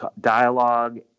dialogue